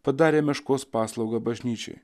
padarė meškos paslaugą bažnyčiai